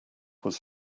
was